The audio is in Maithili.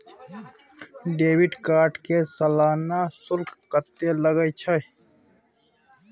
डेबिट कार्ड के सालाना शुल्क कत्ते लगे छै?